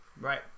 Right